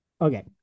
Okay